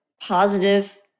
positive